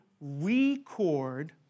record